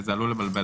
וזה עלול לבלבל.